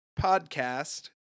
podcast